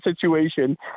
situation